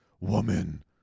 Woman